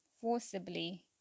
forcibly